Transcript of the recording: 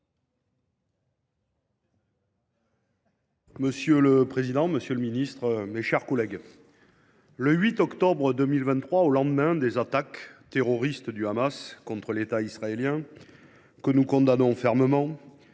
Monsieur le président, monsieur le secrétaire d’État, mes chers collègues, le 8 octobre 2023, au lendemain des attaques terroristes du Hamas contre l’État israélien, que nous condamnons fermement,